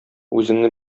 үзеңне